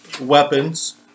Weapons